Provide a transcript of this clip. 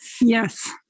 Yes